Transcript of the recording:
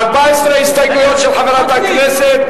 את מעוניינת שאני אצביע על ההסתייגויות שלך ביחד עם שלו?